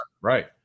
Right